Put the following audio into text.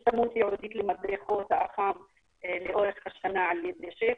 יש- -- למדריכות האח"מ לאורך השנה על-ידי שפ"י,